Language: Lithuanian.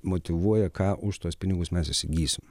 motyvuoja ką už tuos pinigus mes įsigysim